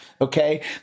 Okay